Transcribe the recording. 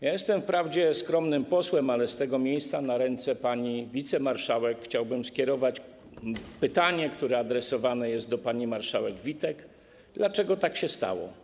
Jestem wprawdzie skromnym posłem, ale z tego miejsca na ręce pani wicemarszałek chciałbym skierować pytanie, które adresowane jest do pani marszałek Witek: Dlaczego tak się stało?